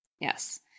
Yes